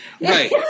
Right